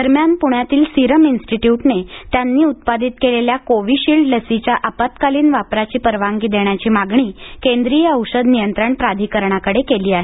दरम्यान पुण्यातील सिरम इन्स्टिट्यूटने त्यांनी उत्पादित केलेल्या कोविशील्ड लसीच्या आपत्कालीन वापराची परवानगी देण्याची मागणी केंदीय औषध नियंत्रण प्राधीकरणाकडे केली आहे